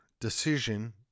decision